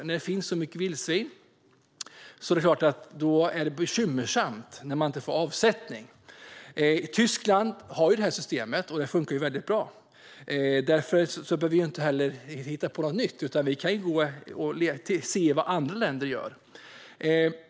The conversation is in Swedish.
Men när det finns så många vildsvin är det klart att det är bekymmersamt när man inte får avsättning för detta kött. Det system som Tyskland har funkar mycket bra. Därför behöver vi inte hitta på något nytt, utan vi kan se vad andra länder gör.